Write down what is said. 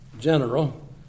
general